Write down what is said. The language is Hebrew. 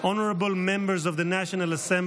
honorable members of the National Assembly,